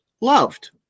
loved